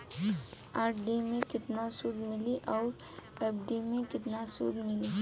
RD मे केतना सूद मिली आउर एफ.डी मे केतना सूद मिली?